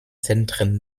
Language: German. zentren